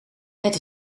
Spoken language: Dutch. het